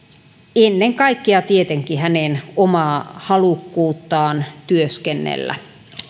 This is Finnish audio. ennen kaikkea tietenkin hänen omaa halukkuuttaan työskennellä